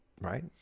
Right